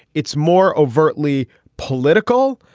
it's more overtly political,